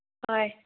ꯍꯣꯏ